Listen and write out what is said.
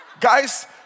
Guys